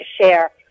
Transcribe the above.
share